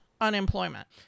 unemployment